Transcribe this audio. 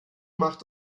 macht